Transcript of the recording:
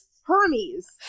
Hermes